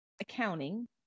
accounting